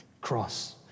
cross